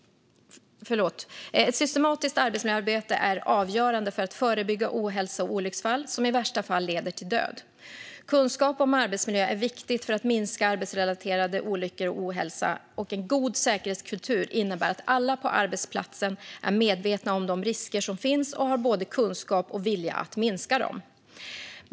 Ett systematiskt arbetsmiljöarbete är avgörande för att förebygga ohälsa och olycksfall som i värsta fall leder till död. Kunskap om arbetsmiljö är viktigt för att minska arbetsrelaterade olyckor och ohälsa. En god säkerhetskultur innebär att alla på arbetsplatsen är medvetna om de risker som finns och har både kunskap och vilja att minska dem.